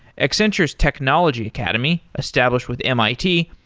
accenture's technology academy, established with mit,